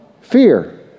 fear